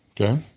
Okay